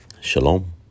Shalom